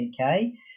Okay